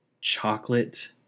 chocolate